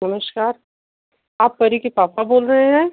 नमस्कार आप परी के पापा बोल रहे हैं